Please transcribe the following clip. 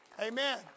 Amen